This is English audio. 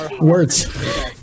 words